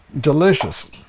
delicious